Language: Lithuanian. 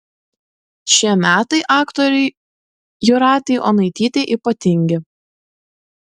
šie metai aktorei jūratei onaitytei ypatingi